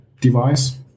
device